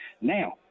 Now